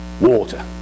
water